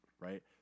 right